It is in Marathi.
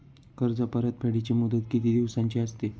कर्ज परतफेडीची मुदत किती दिवसांची असते?